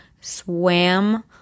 swam